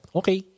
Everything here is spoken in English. okay